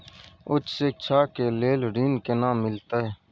उच्च शिक्षा के लेल ऋण केना मिलते?